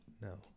No